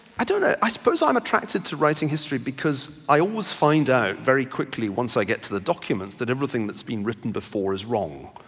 i don't, i i suppose i'm attracted to writing history because i always found out very quickly once i get to the document that everything that's been written before is wrong.